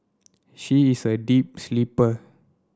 she is a deep sleeper